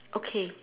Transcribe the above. okay